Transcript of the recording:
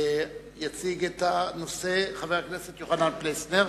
יציג את הנושא חבר הכנסת יוחנן פלסנר.